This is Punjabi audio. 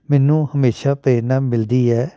ਮੈਨੂੰ ਹਮੇਸ਼ਾ ਪ੍ਰੇਰਨਾ ਮਿਲਦੀ ਹੈ